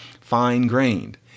fine-grained